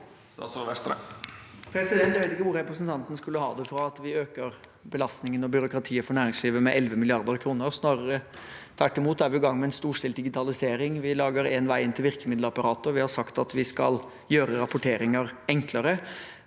Jeg vet ikke hvor representanten skulle ha det fra at vi øker belastningen og byråkratiet for næringslivet med 11 mrd. kr. Snarere tvert imot – vi er i gang med en storstilt digitalisering, vi lager én vei inn til virkemiddelapparatet, og vi har sagt at vi skal gjøre rapporteringer enklere.